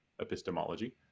epistemology